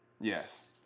Yes